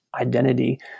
identity